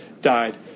died